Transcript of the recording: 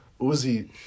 Uzi